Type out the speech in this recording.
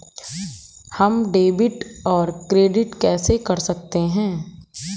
हम डेबिटऔर क्रेडिट कैसे कर सकते हैं?